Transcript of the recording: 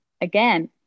again